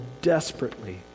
desperately